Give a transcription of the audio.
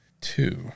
two